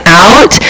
out